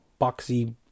boxy